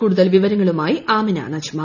കൂടുതൽ വിവരങ്ങളുമായി ആമിന നജ്മ